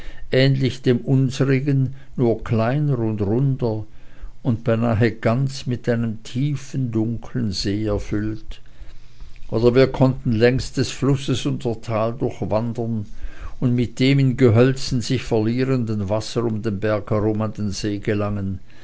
ähnlich dem unserigen nur kleiner und runder und beinahe ganz mit einem tiefen dunklen see erfüllt oder wir konnten längs des flusses unser tal durchwandern und mit dem in gehölzen sich verlierenden wasser um den berg herum an den see gelangen